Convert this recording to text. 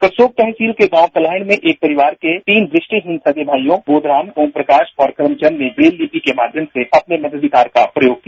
करसोग तहसील के गांव तलैहण में एक ही परिवार के तीन दृष्टिहीन सगे भाईयों ने बोधराज ओम प्रकाश और कर्मचंद ने ब्रेल लीपि के माध्यम से अपने मताधिकार का प्रयोग किया